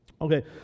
Okay